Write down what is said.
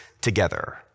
together